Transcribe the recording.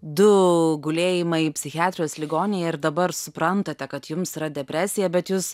du gulėjimai psichiatrijos ligoninėj ir dabar suprantate kad jums yra depresija bet jūs